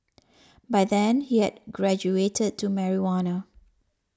by then he had graduated to marijuana